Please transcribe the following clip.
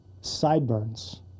sideburns